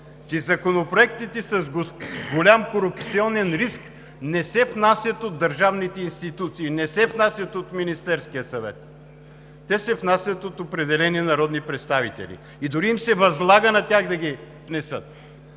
че законопроектите с голям корупционен риск не се внасят от държавните институции, не се внасят от Министерския съвет. Те се внасят от определени народни представители и дори им се възлага на тях да ги внесат.